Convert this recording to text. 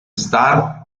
star